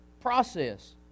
process